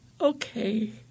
Okay